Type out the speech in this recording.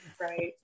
Right